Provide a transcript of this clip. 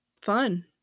Fun